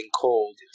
cold